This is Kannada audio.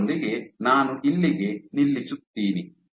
ಅದರೊಂದಿಗೆ ನಾನು ಇಲ್ಲಿಗೆ ನಿಲ್ಲಿಸುತ್ತೀನಿ